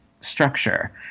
structure